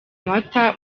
amata